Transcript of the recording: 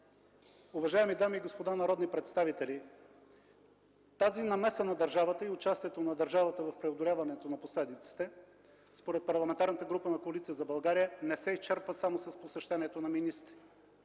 уважаеми дами и господа народни представители! Тази намеса на държавата и участието й в преодоляването на последиците, според Парламентарната група на Коалиция за България, не се изчерпва само с посещението на министри.